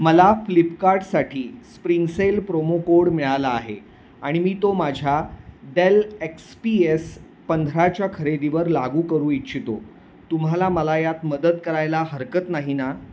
मला फ्लिपकार्टसाठी spring sale promo code मिळाला आहे आणि मी तो माझ्या डेल एक्स पी एस पंधराच्या खरेदीवर लागू करू इच्छितो तुम्हाला मला यात मदत करायला हरकत नाही ना